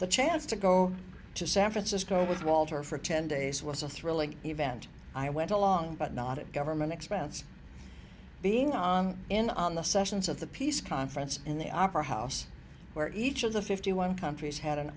the chance to go to san francisco with walter for ten days was a thrilling event i went along but not at government expense being on in on the sessions of the peace conference in the opera house where each of the fifty one countries had an